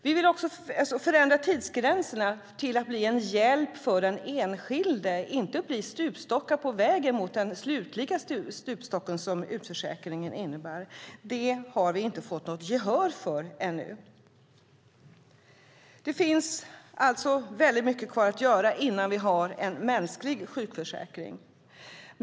Vi vill också förändra tidsgränserna till att bli en hjälp för den enskilde, inte stupstockar på vägen mot den slutliga stupstocken som utförsäkringen innebär. Detta har vi inte fått något gehör för ännu. Det finns alltså väldigt mycket kvar att göra innan vi har en mänsklig sjukförsäkring.